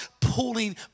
pulling